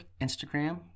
instagram